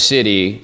City